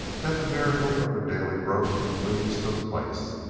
then the miracle of the daily growth of leaves took place,